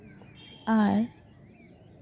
ᱟᱨ